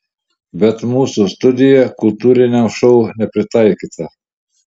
bet mūsų studija kultūriniam šou nepritaikyta